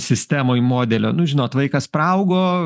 sistemoj modelio nu žinot vaikas praaugo